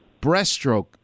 breaststroke